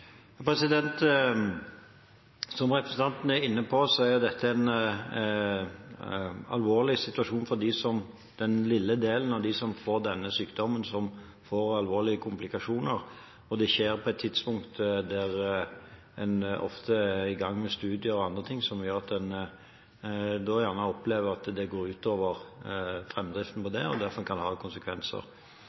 Som representanten er inne på, er dette en alvorlig situasjon for den lille delen av dem som får denne sykdommen som får alvorlige komplikasjoner, og det skjer på et tidspunkt der en ofte er i gang med studier og andre ting og gjerne opplever at dette går utover framdriften på det, og derfor kan ha konsekvenser.